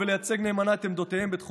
נוגע בפן התרבותי של האמירה שלה.